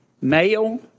male